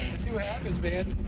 see what happens, man.